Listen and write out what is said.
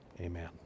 amen